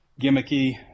gimmicky